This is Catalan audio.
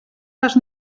les